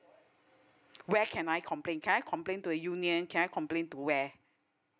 where can I complain can I complain to a union can I complain to where